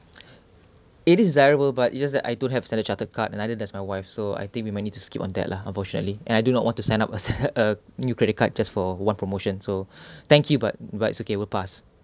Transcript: it is desirable but it just that I don't have Standard Chartered card and neither does my wife so I think we might need to skip on that lah unfortunately and I do not want to set up a standard a new credit card just for one promotion so thank you but but it's okay we'll pass